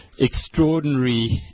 extraordinary